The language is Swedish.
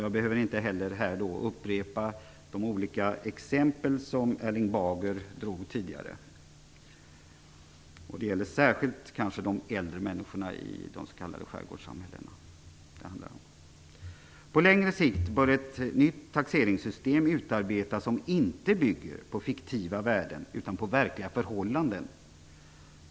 Jag behöver inte här upprepa de olika exempel som Erling Bager tidigare nämnde. Det är särskilt de äldre människorna i s.k. skärgårdssamhällen det handlar om. På längre sikt bör ett nytt taxeringssystem utarbetas som inte bygger på fiktiva värden utan på verkliga förhållanden.